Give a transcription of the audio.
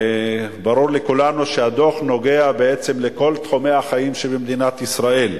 וברור לכולנו שהדוח נוגע בעצם לכל תחומי החיים במדינת ישראל.